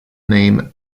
name